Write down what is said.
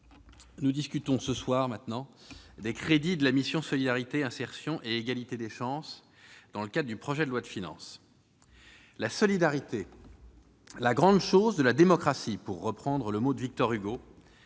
nous discutons ce soir des crédits de la mission « Solidarité, insertion et égalité des chances », dans le cadre du projet de loi de finances. La solidarité, « la grande chose de la démocratie », pour reprendre le mot de Victor Hugo,